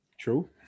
True